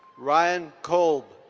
ryan cole.